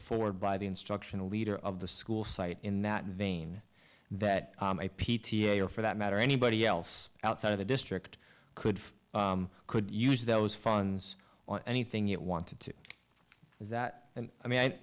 forward by the instructional leader of the school site in that vein that my p t a or for that matter anybody else outside of the district could could use those funds or anything it wanted to is that and i mean i